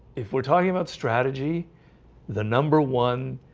if we're talking about strategy the number one